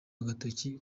agatoki